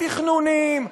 התכנוניים,